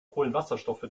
kohlenwasserstoffe